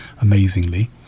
amazingly